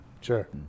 Sure